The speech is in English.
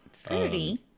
Fruity